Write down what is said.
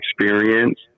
experience